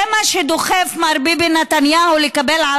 זה מה שדוחף את מר ביבי נתניהו לקבל על